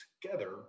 together